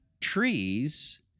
trees